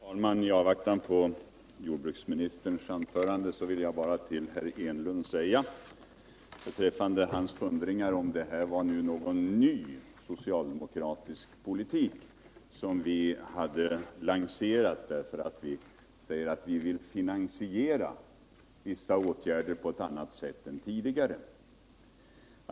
Herr talman! I avvaktan på jordbruksministerns anförande vill jag svara på herr Enlunds funderingar om det är en ny socialdemokratisk politik som lanseras när vi säger att vi vill finansiera vissa åtgärder på ett annat sätt än tidigare.